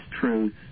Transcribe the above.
truth